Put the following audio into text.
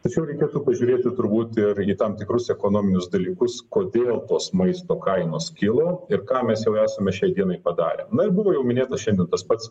tačiau reikėtų pažiūrėti turbūt ir į tam tikrus ekonominius dalykus kodėl tos maisto kainos kilo ir ką mes jau esame šiai dienai padarę na ir buvo jau minėta šiandien tas pats